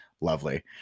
lovely